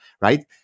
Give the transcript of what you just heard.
right